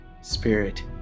spirit